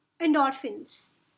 endorphins